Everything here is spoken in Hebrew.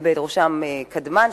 ובראשם קדמן,